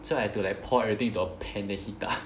so I have to like pour everything to a pan then heat up